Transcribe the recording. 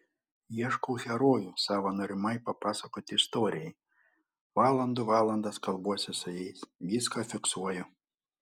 ieškau herojų savo norimai papasakoti istorijai valandų valandas kalbuosi su jais viską fiksuoju